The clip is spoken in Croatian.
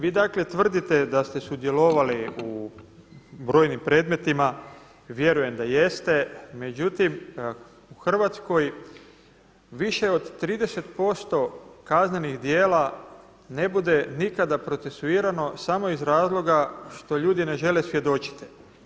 Vi dakle tvrdite da ste sudjelovali u brojnim predmetima, vjerujem da jeste, međutim u Hrvatskoj više od 30% kaznenih djela ne bude nikada procesuirano samo iz razloga što ljudi ne žele svjedočiti.